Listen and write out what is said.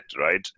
Right